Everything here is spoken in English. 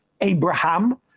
Abraham